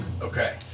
Okay